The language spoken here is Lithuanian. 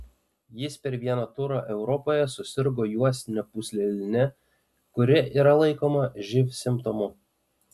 jis per vieną turą europoje susirgo juostine pūsleline kuri yra laikoma živ simptomu